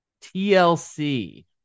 TLC